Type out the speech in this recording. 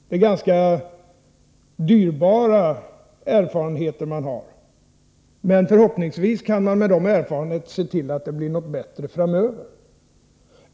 Det är ganska dyrbara erfarenheter man har. Men förhoppningsvis kan man utifrån de erfarenheterna se till att det blir bättre framöver.